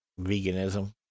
veganism